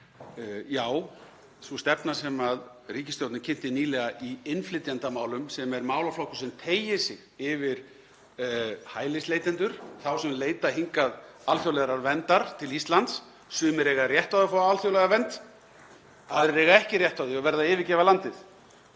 já, sú stefna sem ríkisstjórnin kynnti nýlega í innflytjendamálum, sem er málaflokkur sem teygir sig yfir hælisleitendur, þá sem leita hingað alþjóðlegrar verndar til Íslands, sumir eiga rétt á að fá alþjóðlega vernd, aðrir eiga ekki rétt á því og verða að yfirgefa landið,